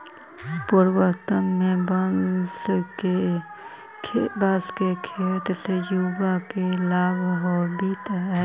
पूर्वोत्तर में बाँस के खेत से युवा के लाभ होवित हइ